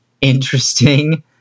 interesting